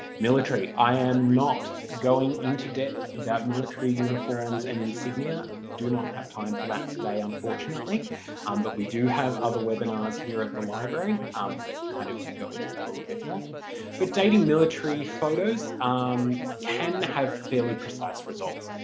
military. i am not going into depth about military uniforms and insignia, do not have time for that today, unfortunately um but we do have other webinars here at the library um that kind of do go into that a little bit more but dating military photos um can have fairly precise results.